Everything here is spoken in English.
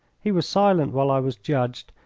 he was silent while i was judged,